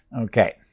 Okay